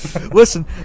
Listen